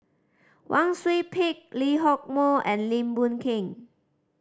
Wang Sui Pick Lee Hock Moh and Lim Boon Keng